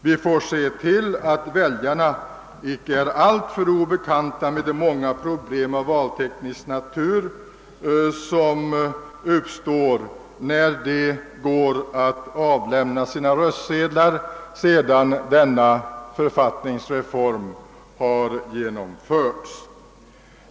Vi får se till att väljarna icke är alltför obekanta med de många problem av valteknisk natur som de ställs inför när de går att avlämna sina röstsedlar sedan författningsreformen har genomförts.